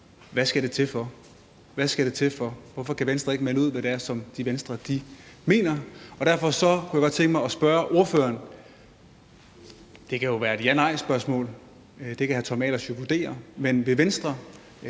Hvad skal det til for? Hvorfor kan Venstre ikke melde ud, hvad det er, Venstre mener? Derfor kunne jeg godt tænke mig at spørge ordføreren – det kan jo være et ja-nej-spørgsmål; det kan hr. Tommy Ahlers vurdere: Vil Venstre